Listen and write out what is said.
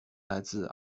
来自